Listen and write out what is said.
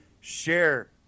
share